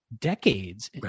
decades